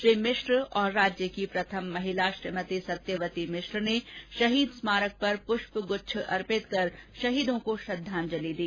श्री मिश्र और राज्य की प्रथम महिला श्रीमती सत्यवती मिश्र ने शहीद स्मारक पर पुष्प गुच्छ अर्पित कर शहीदों को श्रद्वाजंलि दी